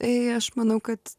tai aš manau kad